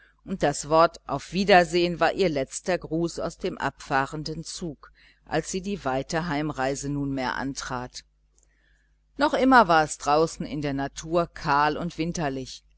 und das wort auf wiedersehen war ihr letzter gruß aus dem abfahrenden zug als sie die weite heimreise antrat noch immer war es draußen in der natur kahl und winterlich